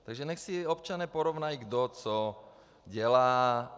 Takže nechť si občané porovnají, kdo co dělá.